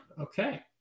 Okay